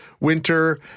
winter